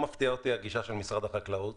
הגישה של משרד החקלאות